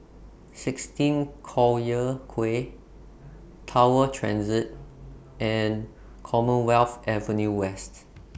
sixteen Collyer Quay Tower Transit and Commonwealth Avenue West